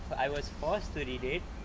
I was forced to read it